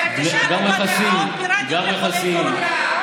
רק תשאל אותו על מקוואות פיראטיים לחולי קורונה.